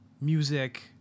music